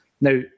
Now